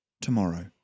Tomorrow